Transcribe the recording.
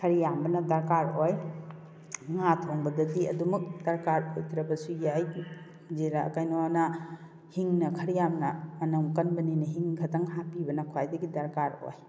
ꯈꯔ ꯌꯥꯝꯕꯅ ꯗꯔꯀꯥꯔ ꯑꯣꯏ ꯉꯥ ꯊꯣꯡꯕꯗꯗꯤ ꯑꯗꯨꯃꯛ ꯗꯔꯀꯥꯔ ꯑꯣꯏꯗ꯭ꯔꯕꯁꯨ ꯌꯥꯏ ꯖꯤꯔꯥ ꯀꯩꯅꯣꯅ ꯍꯤꯡꯅ ꯈꯔ ꯌꯥꯝꯅ ꯃꯅꯝ ꯀꯟꯕꯅꯤꯅ ꯍꯤꯡ ꯈꯛꯇ ꯍꯥꯞꯄꯤꯕꯅ ꯈꯋꯥꯏꯗꯒꯤ ꯗꯔꯀꯥꯔ ꯑꯣꯏ